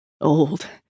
Old